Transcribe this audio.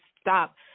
stop